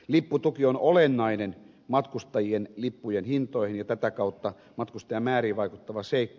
lipputuki on olennainen matkustajien lippujen hintoihin ja tätä kautta matkustajamääriin vaikuttava seikka